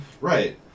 Right